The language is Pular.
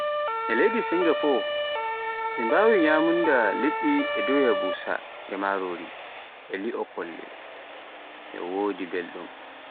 E Leydi Singafo ɓe mbawi nyamunda liɗɗi doya busa e marori, e li'o folle. E wodi belɗum